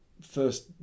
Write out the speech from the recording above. first